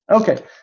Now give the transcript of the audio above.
Okay